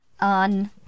on